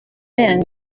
young